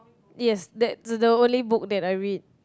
yes that's the only book that I read